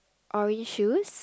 orange shoes